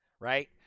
right